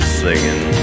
singing